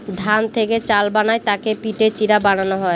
ধান থেকে চাল বানায় তাকে পিটে চিড়া বানানো হয়